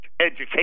education